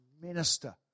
minister